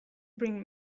bring